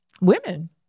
women